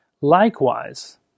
Likewise